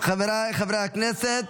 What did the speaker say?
חבריי חברי הכנסת